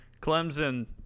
Clemson